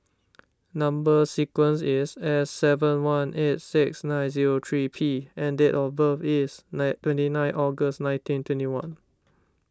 Number Sequence is S seven one eight six nine zero three P and date of birth is nine twenty nine August nineteen twenty one